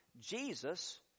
Jesus